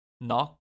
knock